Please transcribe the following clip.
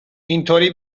اینطوری